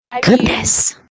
Goodness